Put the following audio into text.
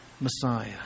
Messiah